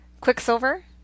Quicksilver